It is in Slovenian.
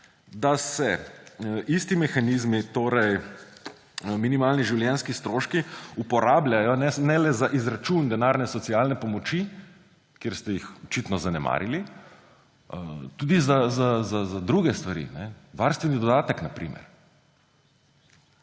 da se isti mehanizmi, torej minimalni življenjski stroški, uporabljajo ne le za izračun denarne socialne pomoči, kjer ste jih očitno zanemarili, temveč tudi za druge stvari, varstveni dodatek na primer.